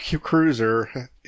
cruiser